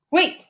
Wait